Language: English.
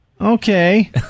Okay